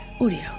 audio